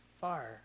far